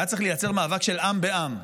היה צריך לייצר מאבק של עם בעם.